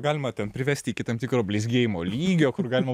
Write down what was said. galima ten privesti iki tam tikro blizgėjimo lygio kur galima